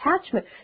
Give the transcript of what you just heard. attachment